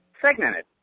segmented